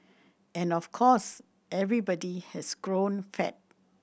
and of course everybody has grown fat